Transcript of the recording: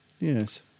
yes